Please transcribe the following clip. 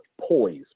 poise